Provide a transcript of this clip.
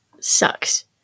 sucks